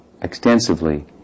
extensively